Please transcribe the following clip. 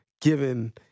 given